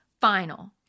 final